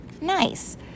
Nice